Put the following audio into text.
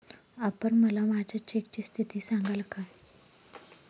आपण मला माझ्या चेकची स्थिती सांगाल का?